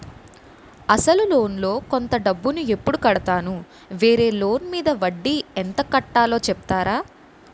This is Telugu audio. అసలు లోన్ లో కొంత డబ్బు ను ఎప్పుడు కడతాను? వేరే లోన్ మీద వడ్డీ ఎంత కట్తలో చెప్తారా?